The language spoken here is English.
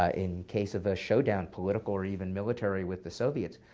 ah in case of a showdown political, or even military, with the soviets